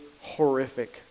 horrific